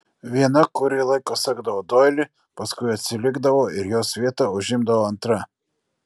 viena kurį laiką sekdavo doilį paskui atsilikdavo ir jos vietą užimdavo antra